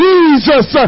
Jesus